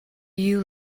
you